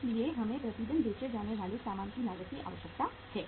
इसलिए हमें प्रति दिन बेचे जाने वाले सामान की लागत की आवश्यकता है